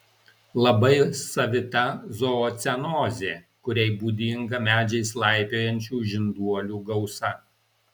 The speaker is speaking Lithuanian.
labai savita zoocenozė kuriai būdinga medžiais laipiojančių žinduolių gausa